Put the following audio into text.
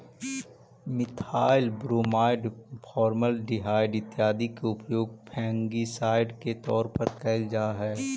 methyl bromide, formaldehyde इत्यादि के उपयोग फंगिसाइड के तौर पर कैल जा हई